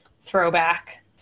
throwback